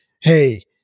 Hey